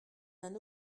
d’un